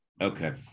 Okay